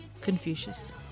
Confucius